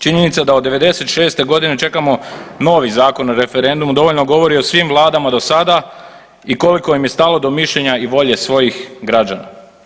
Činjenica da od '96. godine čekamo novi Zakon o referendumu dovoljno govori o svim vladama dosada i koliko im je stalo do mišljenja i volje svojih građana.